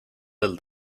del